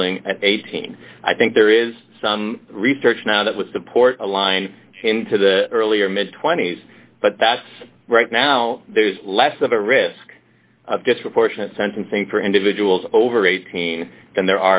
ruling at eighteen i think there is some research now that would support a line into the earlier mid twenty's but that's right now there's less of a risk disproportionate sentencing for individuals over eighteen and there